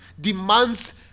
demands